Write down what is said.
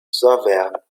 saverne